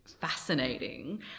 fascinating